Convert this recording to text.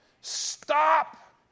Stop